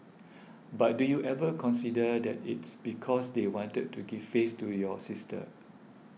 but do you ever consider that it's because they wanted to give face to your sister